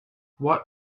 what